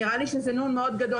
נראה לי שזה נו"ן מאוד גדול